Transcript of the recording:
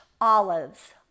olives